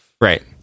Right